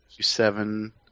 seven